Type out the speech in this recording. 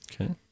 okay